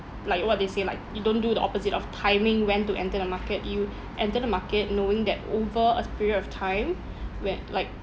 like uh what they say like you don't do the opposite of timing when to enter the market you enter the market knowing that over a period of time where like